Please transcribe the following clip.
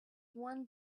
one